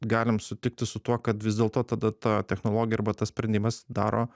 galim sutikti su tuo kad vis dėlto tada ta technologija arba tas sprendimas daro